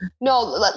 No